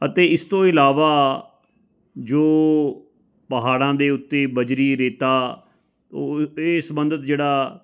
ਅਤੇ ਇਸ ਤੋਂ ਇਲਾਵਾ ਜੋ ਪਹਾੜਾਂ ਦੇ ਉੱਤੇ ਬਜਰੀ ਰੇਤਾ ਉਹ ਇਹ ਸੰਬੰਧਿਤ ਜਿਹੜਾ